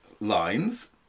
lines